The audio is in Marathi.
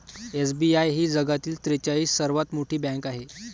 एस.बी.आय ही जगातील त्रेचाळीस सर्वात मोठी बँक आहे